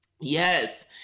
Yes